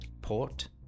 port